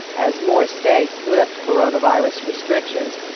as more states lift coronavirus restrictions,